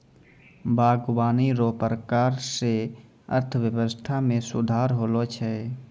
बागवानी रो प्रकार से अर्थव्यबस्था मे सुधार होलो छै